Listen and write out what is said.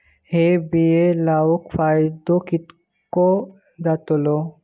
हे बिये लाऊन फायदो कितको जातलो?